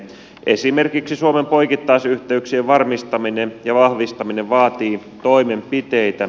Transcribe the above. esimerkiksi suomen poikittaisyhteyksien varmistaminen ja vahvistaminen vaatii toimenpiteitä